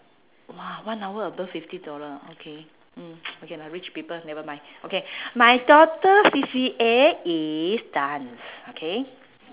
!wah! one hour above fifty dollar okay hmm okay lah rich people nevermind okay my daughter C_C_A is dance okay